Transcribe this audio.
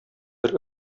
бер